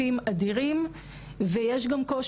אינוס וירטואלי הוא אינוס לכל דבר.